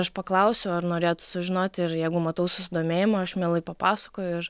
aš paklausiu ar norėtų sužinoti ir jeigu matau susidomėjimą aš mielai papasakoju ir